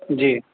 जी